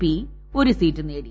P ഒരു seat നേടി